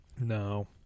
No